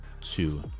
two